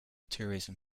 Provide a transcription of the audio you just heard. tourism